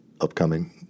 upcoming